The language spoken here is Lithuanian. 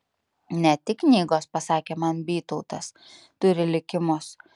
ne tik knygos pasakė man bytautas turi likimus